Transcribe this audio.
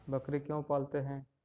बकरी क्यों पालते है?